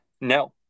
No